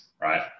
right